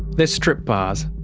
the strip bars,